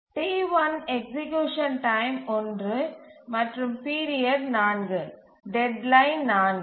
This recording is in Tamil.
T1 எக்சீக்யூசன் டைம் 1 மற்றும் பீரியட் 4 டெட்லைன் 4